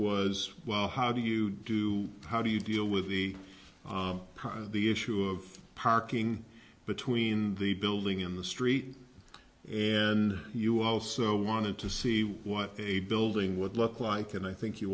was well how do you do how do you deal with the part of the issue of parking between the building in the street and you also wanted to see what a building would look like and i think you